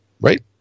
right